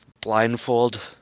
Blindfold